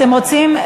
אתם רוצים,